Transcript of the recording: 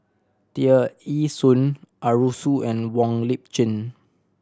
Tear Ee Soon Arasu and Wong Lip Chin